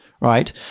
right